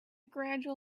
gradual